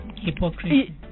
hypocrisy